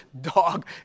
dog